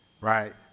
right